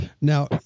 Now